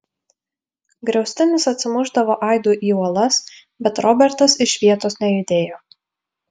griaustinis atsimušdavo aidu į uolas bet robertas iš vietos nejudėjo